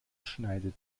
schneidet